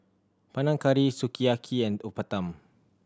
Panang Curry Sukiyaki and Uthapam